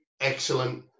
excellent